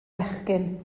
fechgyn